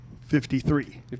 Fifty-three